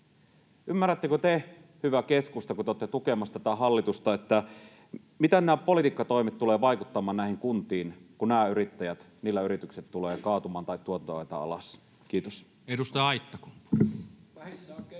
Ymmärrättekö te, hyvä keskusta, kun te olette tukemassa tätä hallitusta, miten nämä politiikkatoimet tulevat vaikuttamaan näihin kuntiin, kun näillä yrittäjillä yritykset tulevat kaatumaan tai tuotantoa ajetaan alas? — Kiitos.